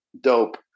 dope